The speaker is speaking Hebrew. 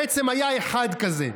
בעצם, היה אחד כזה: